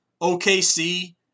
OKC